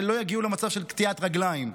שלא יגיעו למצב של קטיעת רגליים.